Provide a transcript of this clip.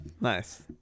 Nice